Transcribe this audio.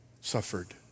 suffered